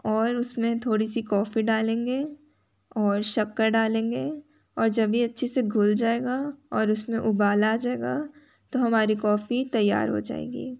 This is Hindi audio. और उसमें थोड़ी सी कौफी डालेंगे और शक्कर डालेंगे और जब ये अच्छे से घुल जाएगा और उसमें उबाल आ जाएगा तो हमारी कौफी तैयार हो जाएगी